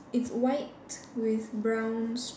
it's white with brown